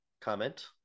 comment